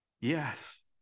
Yes